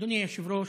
אדוני היושב-ראש,